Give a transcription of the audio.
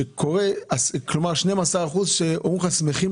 על 12% ש"ישמחו